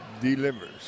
delivers